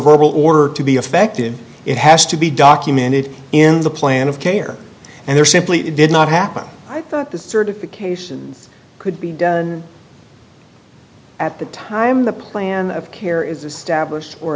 verbal order to be effective it has to be documented in the plan of care and there simply did not happen i thought the certifications could be done at the time the plan of care is established or